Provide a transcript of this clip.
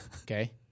Okay